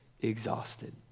exhausted